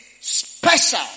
special